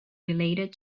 related